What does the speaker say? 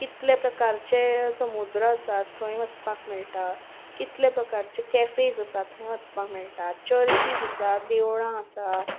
कितले प्रकारचे समुद्र आसात थंय वचपाक मेळटा कितले प्रकारचे कॅफेज आसात थंय वचपाक मेळटा चर्चीस आसा देवळां आसा